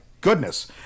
goodness